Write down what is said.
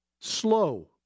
slow